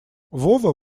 вова